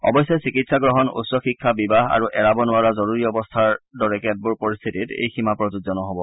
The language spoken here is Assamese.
অৱশ্যে চিকিৎসা গ্ৰহণ উচ্চ শিক্ষা বিবাহ আৰু এৰাব নোৱাৰা জৰুৰী অৱস্থাৰ লেখিয়া কেতবোৰ পৰিস্থিতিত এই সীমা প্ৰযোজ্য নহ'ব